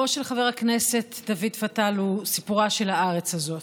סיפורו של חבר הכנסת דוד פתל הוא סיפורה של הארץ הזאת.